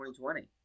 2020